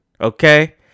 okay